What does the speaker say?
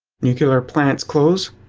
nuclear plants close,